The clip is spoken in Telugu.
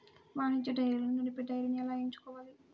వాణిజ్య డైరీలను నడిపే డైరీని ఎలా ఎంచుకోవాలి?